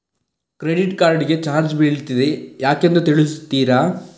Credit card ಗೆ charge ಬೀಳ್ತಿದೆ ಯಾಕೆಂದು ತಿಳಿಸುತ್ತೀರಾ?